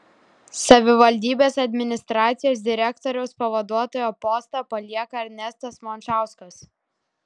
savivaldybės administracijos direktoriaus pavaduotojo postą palieka ernestas mončauskas